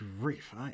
grief